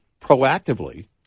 proactively